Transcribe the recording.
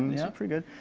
yeah pretty good.